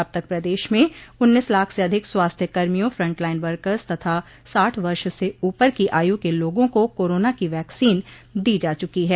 अब तक प्रदेश में उन्नीस लाख से अधिक स्वास्थ्य कर्मियों फ्रंट लाइन वर्कर्स तथा साठ वर्ष से ऊपर की आयु के लोगों को कोरोना की वैक्सीन दी जा चुकी है